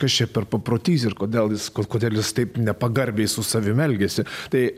kas čia per paprotys ir kodėl jis kodėl jis taip nepagarbiai su savimi elgiasi tai